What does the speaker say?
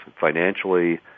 financially